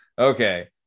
okay